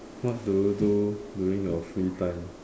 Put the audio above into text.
what do you do during your free time